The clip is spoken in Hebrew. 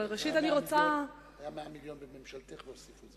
100 מיליון בממשלתך הוסיפו.